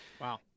Wow